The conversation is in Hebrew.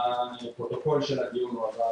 הפרוטוקול של הדיון הועבר